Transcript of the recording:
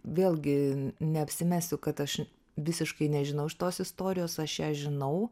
vėlgi neapsimesiu kad aš visiškai nežinau šitos istorijos aš ją žinau